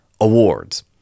Awards